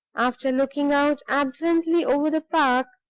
after looking out absently over the park,